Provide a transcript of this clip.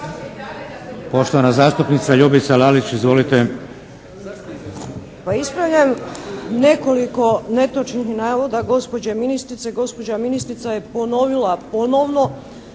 Poštovana zastupnica Ljubica Lalić, izvolite. **Lalić, Ljubica (HSS)** Pa ispravljam nekoliko netočnih navoda gospođe ministrice. Gospođa ministrica je ponovila ponovno